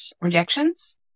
rejections